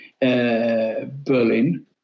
Berlin